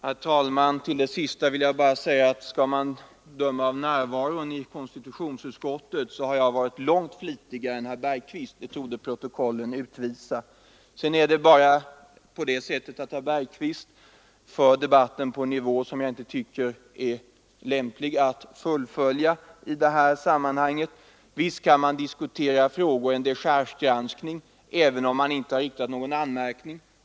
Herr talman! Till det sista vill jag bara säga att skall man döma av närvaron i konstitutionsutskottet har jag varit långt flitigare än herr Bergqvist. Herr Bergqvist för debatten på en låg nivå, som jag inte tycker är lämplig i detta sammanhang. Självfallet kan man diskutera frågor i en dechargegranskning, även om man inte riktat någon direkt anmärkning.